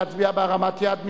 להצביע בהרמת יד.